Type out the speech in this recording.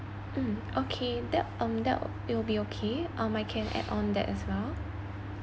mm okay that um that'll it'll be okay um I can add on that as well